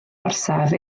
orsaf